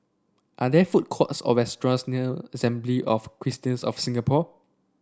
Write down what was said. are there food courts or restaurants near Assembly of Christians of Singapore